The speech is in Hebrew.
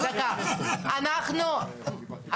בתוך התקופה האמורה,